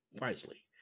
wisely